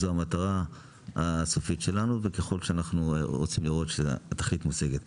זו המטרה הסופית שלנו וככל שאנחנו רוצים לראות שהתוכנית מושגת.